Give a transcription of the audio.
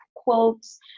quotes